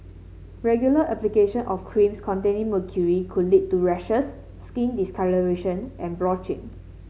regular application of creams containing mercury could lead to rashes skin discolouration and blotching